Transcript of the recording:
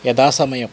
യഥാസമയം